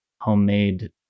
homemade